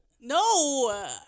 No